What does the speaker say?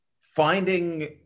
finding